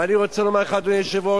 ואני רוצה לומר לך, אדוני היושב-ראש,